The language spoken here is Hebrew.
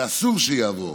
ואסור שיעבור.